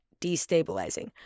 Destabilizing